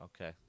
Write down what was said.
Okay